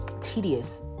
tedious